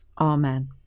Amen